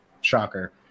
Shocker